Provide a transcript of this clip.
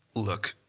look,